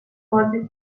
بازی